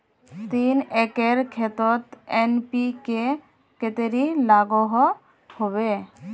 तीन एकर खेतोत एन.पी.के कतेरी लागोहो होबे?